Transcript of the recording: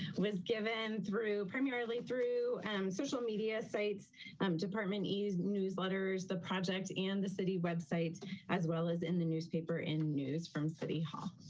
was given through primarily through social media sites um department email newsletters, the project and the city website as well as in the newspaper in news from city hall.